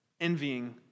envying